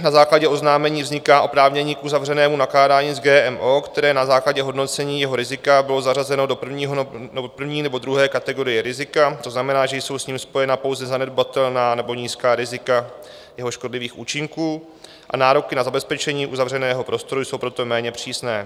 Na základě oznámení vzniká oprávnění k uzavřenému nakládání s GMO, které na základě hodnocení jeho rizika bylo zařazeno do první nebo druhé kategorie rizika, to znamená, že jsou s ním spojena pouze zanedbatelná nebo nízká rizika jeho škodlivých účinků, a nároky na zabezpečení uzavřeného prostoru jsou proto méně přísné.